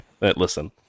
listen